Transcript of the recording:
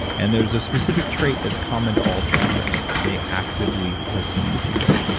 and there's a specific trait that's common to all charmers they actively listen to people.